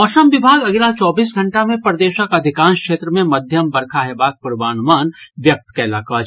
मौसम विभाग अगिला चौबीस घंटा मे प्रदेशक अधिकांश क्षेत्र मे मध्यम बरखा हेबाक पूर्वानुमान व्यक्त कयलक अछि